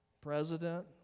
President